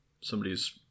somebody's